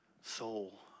soul